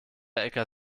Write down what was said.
äcker